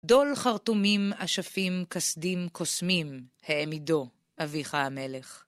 דול חרטומים, אשפים, כשדים, קוסמים, העמידו, אביך המלך.